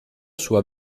sua